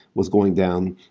was going down.